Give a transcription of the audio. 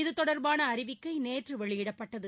இதுதொடர்பானஅறிவிக்கைநேற்றுவெளியிடப்பட்டது